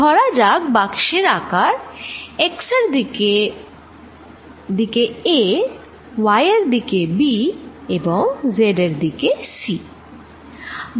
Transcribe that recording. ধরা যাক বাক্সের আকার x এর দিকে a y এর দিকে b এবং z এর দিকে c